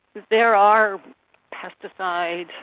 there are pesticides,